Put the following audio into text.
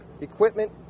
equipment